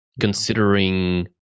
considering